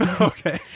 Okay